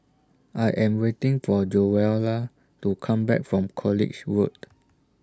I Am waiting For Joella to Come Back from College Road